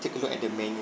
take a look at the menu